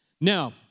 Now